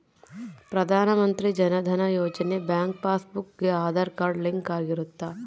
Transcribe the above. ಪ್ರಧಾನ ಮಂತ್ರಿ ಜನ ಧನ ಯೋಜನೆ ಬ್ಯಾಂಕ್ ಪಾಸ್ ಬುಕ್ ಗೆ ಆದಾರ್ ಕಾರ್ಡ್ ಲಿಂಕ್ ಆಗಿರುತ್ತ